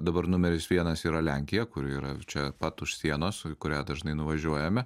dabar numeris vienas yra lenkija kuri yra čia pat už sienos su į kurią dažnai nuvažiuojame